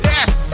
Yes